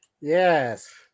Yes